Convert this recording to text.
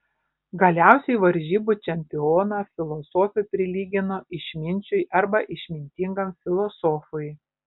galiausiai varžybų čempioną filosofė prilygino išminčiui arba išmintingam filosofui